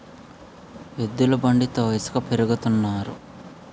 ఎద్దుల బండితో ఇసక పెరగతన్నారు